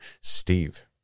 Steve